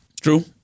true